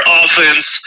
offense